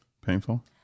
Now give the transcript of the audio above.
painful